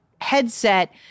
headset